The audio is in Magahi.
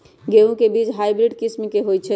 गेंहू के बीज हाइब्रिड किस्म के होई छई?